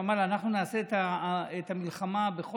מפגינים למען זרים מסתנני עבודה הם לוחמי זכויות